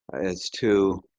as to